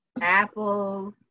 Apple